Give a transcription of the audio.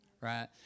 right